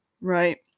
right